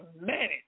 manage